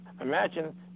imagine